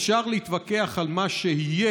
אפשר להתווכח על מה שיהיה,